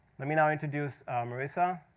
let me now introduce marissa,